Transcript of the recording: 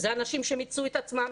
אלה אנשים שמיצו את עצמם,